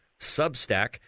Substack